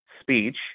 speech